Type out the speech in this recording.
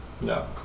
No